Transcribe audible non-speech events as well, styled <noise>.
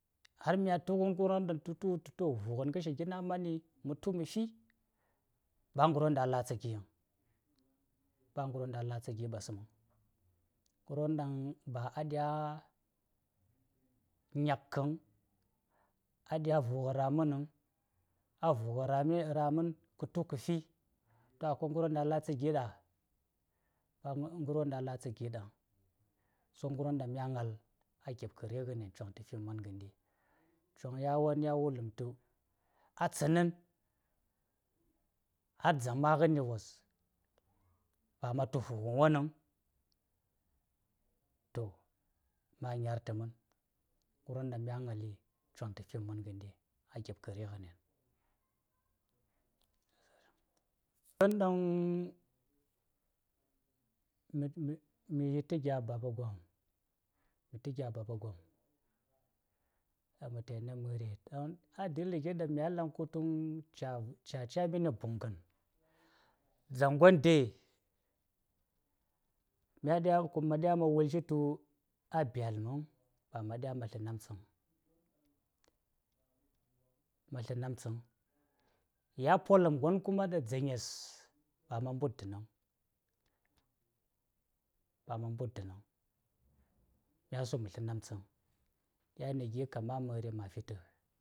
﻿Har mya tu ngarwon ɗaŋ ta wultu to̱, vughən ngarshi gin a ma̱ni, ma tu ma fi, ba ngarwon ɗaŋ a latsa gin vaŋ-ba ngarwon ɗaŋ a latsa gi ɓasmeŋ. Ngarwon ɗaŋ ba a ɗya nad ka vaŋ, a ɗya vugha raman vaŋ, a vugha raman-raman, ka tu kafi, ka mob ngaerwon ɗaŋ a latsa gi ɗa? Ba ka mob ngarwon ɗaŋ a latsa giɗaŋ. So ngarwon ɗaŋ mya ŋal a gib ka ringhanetan tafi man ndi. Chong yawon ya wulam tu, a tsanen, a dzaŋ maghanɗi wos, ba ma tu vughan wonaŋ, to, ma nyar ta man. Ngarwon ɗaŋ mya ŋal Chong ta fim man nghandi a gibka ringhanen. <unintelligible> Mayi fi, ma ta gya Baba gwom-ma ta gya Baba gwom, ɗaŋ ma tayi na mari, <unintelligible> a dali gin ɗaŋ mya yel ɗaŋ kutuŋ ca-ca ca mi na buŋgan, dzaŋgon de, mya ɗya ma wulshi tu a byatlam maŋ, ba ma̱ ɗya ma̱ sla namtsaŋ ma̱ sla namtsaŋ, ya polam kuma ka dzaŋes, ba ma̱ mbud danvaŋ-ba ma̱ mbud dan vaŋ, mya suma sla namtsaŋ. Yan na gin kam a mari ma̱ fi-ta.